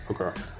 Okay